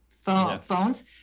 phones